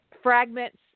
fragments